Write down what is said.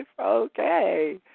okay